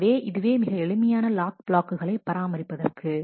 எனவே இதுவே மிக எளிமையான லாக் பிளாக்குகளை பராமரிப்பதற்கு